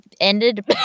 ended